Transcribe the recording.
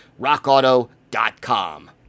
rockauto.com